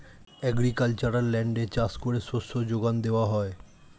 agricultural ল্যান্ডে চাষ করে শস্য যোগান দেওয়া হয়